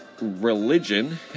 religion